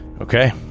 Okay